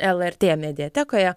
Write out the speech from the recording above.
lrt mediatekoje